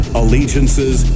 allegiances